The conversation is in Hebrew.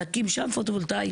להקים שם פוטו-וולטאי,